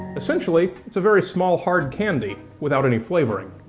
essentially it's a very small hard candy, without any flavoring.